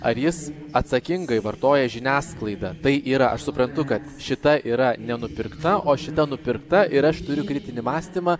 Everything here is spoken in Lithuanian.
ar jis atsakingai vartoja žiniasklaidą tai yra aš suprantu kad šita yra nenupirkta o šita nupirkta ir aš turiu kritinį mąstymą